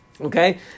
okay